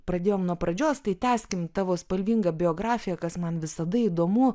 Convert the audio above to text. pradėjom nuo pradžios tai tęskim tavo spalvingą biografiją kas man visada įdomu